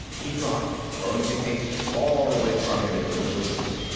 he dropped, throwing the case far away from him, into the bushes.